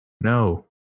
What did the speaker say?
No